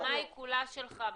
הבמה כולה שלך.